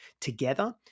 together